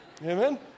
Amen